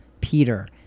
Peter